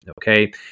okay